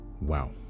Wow